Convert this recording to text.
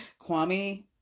Kwame